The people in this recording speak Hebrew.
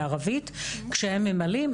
בערבית כשהם ממלאים,